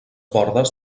bordes